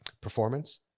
performance